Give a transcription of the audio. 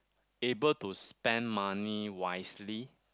able to spend money wisely